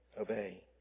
obey